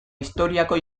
historiako